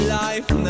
life